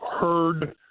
heard